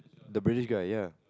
the British guy ya